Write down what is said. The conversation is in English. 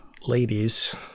ladies